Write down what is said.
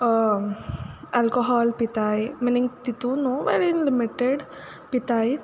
alcohol पिताय meaning तितू न्हू बट लिमिटीड पिताय